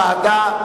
כהצעת הוועדה.